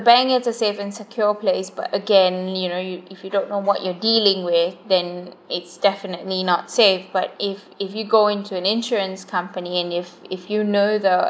bank it's a safe and secure place but again you know you if you don't know what you're dealing with then it's definitely not safe but if if you go into an insurance company and if if you know the